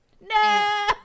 No